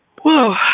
Whoa